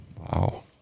Wow